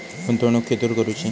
गुंतवणुक खेतुर करूची?